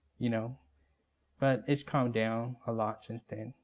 you know but it's calmed down a lot since then.